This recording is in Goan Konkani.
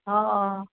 हय